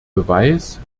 beweis